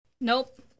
Nope